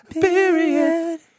Period